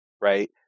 right